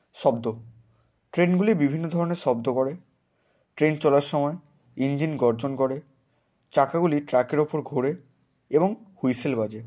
শব্দ ট্রেনগুলি বিভিন্ন ধরনের শব্দ করে ট্রেন চলার সময় ইঞ্জিন গর্জন করে চাকাগুলি ট্র্যাকের ওপর ঘোরে এবং হুইসেল বাজে